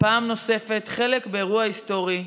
פעם נוספת, באירוע היסטורי,